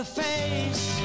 face